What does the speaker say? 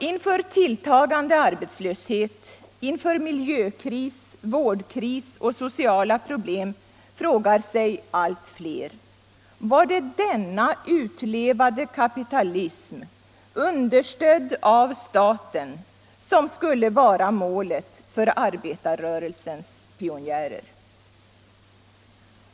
Inför tilltagande arbetslöshet, inför miljökris, vårdkris och sociala problem frågar sig allt fler: Var det denna utlevade kapitalism, understödd av staten, som skulle vara målet för arbetarrörelsens pionjärer?